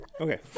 Okay